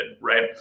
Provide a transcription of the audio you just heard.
right